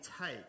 take